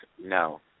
No